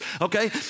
okay